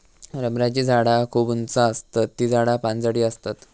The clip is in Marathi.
रबराची झाडा खूप उंच आसतत ती झाडा पानझडी आसतत